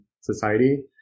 society